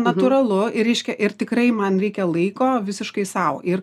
natūralu ir reiškia ir tikrai man reikia laiko visiškai sau ir